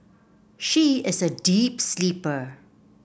she is a deep sleeper